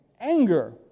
anger